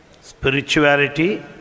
spirituality